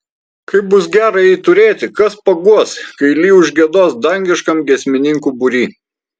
kaip bus gera jai turėti kas paguos kai li užgiedos dangiškam giesmininkų būry